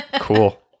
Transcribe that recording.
cool